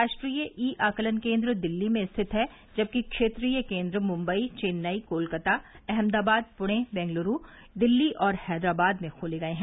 राष्ट्रीय ई आकलन केन्द्र दिल्ली में स्थित हैंजबकि क्षेत्रीय केन्द्र मुन्बई चेन्नई कोलकाता अहमदाबाद पुणे बेंगलूरू दिल्ली और हैदराबाद में खोले गये हैं